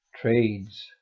trades